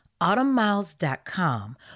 autumnmiles.com